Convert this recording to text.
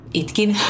itkin